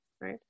right